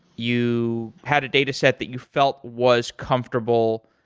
you had a dataset that you felt was comfortable.